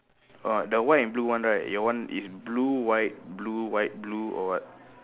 orh the white and blue one right your one is blue white blue white blue or what